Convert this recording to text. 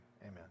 Amen